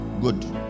Good